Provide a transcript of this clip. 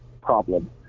problem